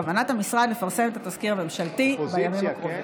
בכוונת המשרד לפרסם את התזכיר הממשלתי בימים הקרובים.